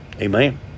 Amen